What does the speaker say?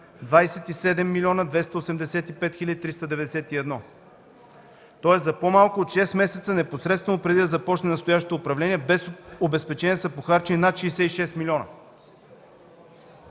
27 млн. 285 хил. 391 лв., тоест за по-малко от шест месеца непосредствено преди да започне настоящото управление, без обезпечение са похарчени над 66 милиона!